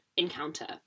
encounter